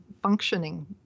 functioning